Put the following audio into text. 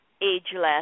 ageless